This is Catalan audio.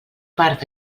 part